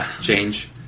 change